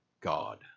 God